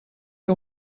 que